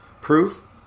Proof